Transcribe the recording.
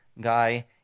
guy